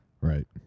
Right